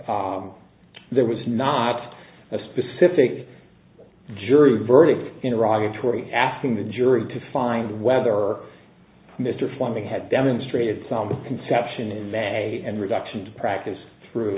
there was not a specific jury verdict in arriving tory asking the jury to find whether or mr foreman had demonstrated some conception in may and reduction to practice through